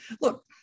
Look